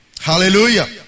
Hallelujah